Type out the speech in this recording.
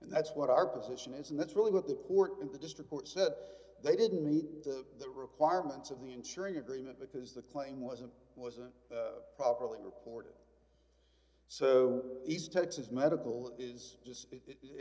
and that's what our position is and that's really what the court in the district court said they didn't meet the requirements of the insuring agreement because the claim wasn't wasn't properly reported so east texas medical is just it